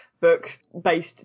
book-based